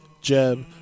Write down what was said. Jeb